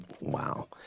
Wow